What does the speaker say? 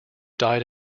died